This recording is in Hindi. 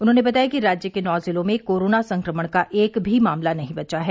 उन्होंने बताया कि राज्य के नौ जिलों में कोरोना संक्रमण का एक भी मामला नहीं बचा है